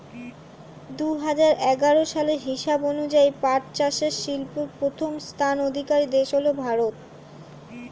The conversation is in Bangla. দুহাজার এগারো সালের হিসাব অনুযায়ী পাট চাষে বিশ্বে প্রথম স্থানাধিকারী দেশ হল ভারত